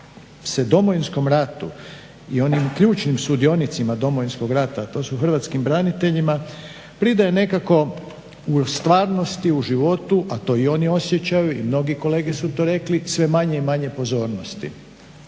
se Domovinskom ratu i onim ključnim sudionicima Domovinskog rata a to hrvatskim braniteljima pridaje nekako u stvarnosti, u životu, a to i oni osjećaju i mnogi kolege su to rekli sve manje i manje pozornosti.